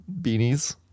beanies